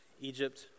Egypt